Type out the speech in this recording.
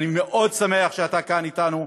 אני מאוד שמח שאתה כאן איתנו.